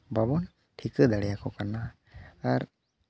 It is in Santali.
ᱵᱟᱵᱚᱱ ᱴᱷᱤᱠᱟᱹᱫᱟᱲᱮᱭᱟᱠᱚ ᱠᱟᱱᱟ ᱟᱨ